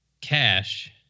cash